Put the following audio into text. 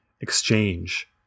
exchange